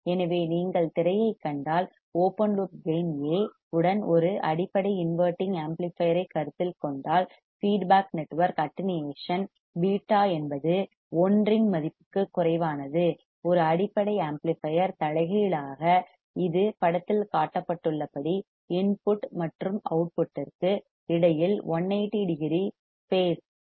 எனவே நீங்கள் திரையைக் கண்டால் ஓபன் லூப் கேயின் A உடன் ஒரு அடிப்படை இன்வெர்ட்டிங் ஆம்ப்ளிபையர் ஐக் கருத்தில் கொண்டால் ஃபீட்பேக் நெட்வொர்க் அட்டென்யேஷன் β என்பது ஒன்றின் யூனிட்டி மதிப்புக்கு குறைவானது ஒரு அடிப்படை ஆம்ப்ளிபையர் தலைகீழாக இது படத்தில் காட்டப்பட்டுள்ளபடி இன்புட் மற்றும் அவுட்புட் ற்கு இடையில் 180 டிகிரி பேஸ் மாற்றத்தை உருவாக்குகிறது